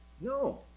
no